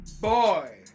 boy